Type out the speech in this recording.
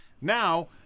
Now